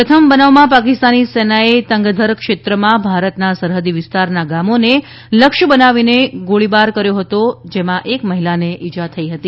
પ્રથમ બનાવમાં પાકિસ્તાની સેનાએ તંગધર ક્ષેત્રમાં ભારતના સરહદી વિસ્તારના ગામોને લક્ષ્ય બનાવીને ગોળીબારો કર્યો હતો જેમાં એક મહિલાને ઈજા થઈ હતી